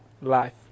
life